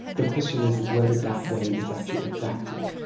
the question is whether that way is actually adaptive,